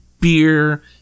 beer